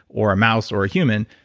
or a mouse or a human.